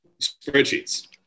spreadsheets